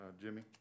Jimmy